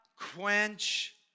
quench